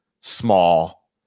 small